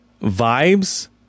vibes